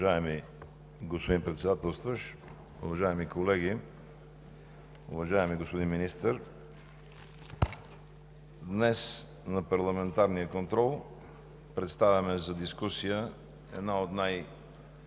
Днес на парламентарния контрол представяме за дискусия една от най-стратегическите